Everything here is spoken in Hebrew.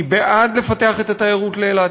אני בעד לפתח את התיירות לאילת,